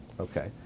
Okay